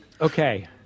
Okay